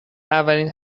اولین